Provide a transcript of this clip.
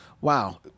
wow